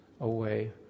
away